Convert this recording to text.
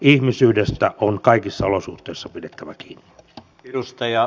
ihmisyydestä on kaikissa olosuhteissa pidettävä kiinni